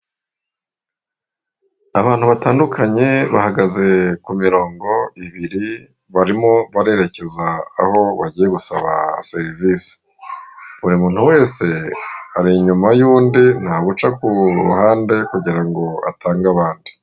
Abantu batandukanye bahagaze ku mirongo ibiri barimo barererekeza aho bagiye gusaba serivisi. Buri muntu wese ari inyuma y'undi nta guca ku ruhande kugira ngo atange abandi.